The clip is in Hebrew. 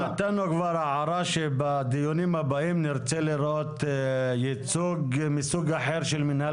נתנו כבר הערה שבדיונים הבאים נרצה לראות ייצוג מסוג אחר של מנהל